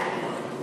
עומדות